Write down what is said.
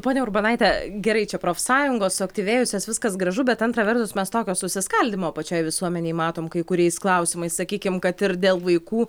ponia urbonaite gerai čia profsąjungos suaktyvėjusios viskas gražu bet antra vertus mes tokio susiskaldymo pačioj visuomenėj matom kai kuriais klausimais sakykim kad ir dėl vaikų